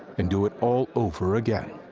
and do it all over again.